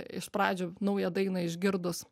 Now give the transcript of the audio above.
iš pradžių naują dainą išgirdus